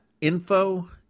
info